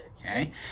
okay